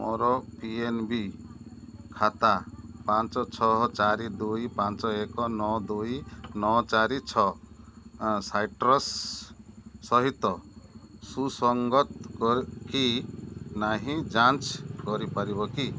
ମୋର P N B ଖାତା ପାଞ୍ଚ ଛଅ ଚାରି ଦୁଇ ପାଞ୍ଚ ଏକ ନଅ ଦୁଇ ନଅ ଚାରି ଛଅ ସାଇଟ୍ରସ୍ ସହିତ ସୁସଙ୍ଗତ କି ନାହିଁ ଯାଞ୍ଚ କରିପାରିବ କି